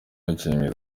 umukinnyi